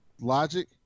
logic